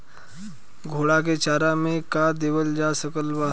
घोड़ा के चारा मे का देवल जा सकत बा?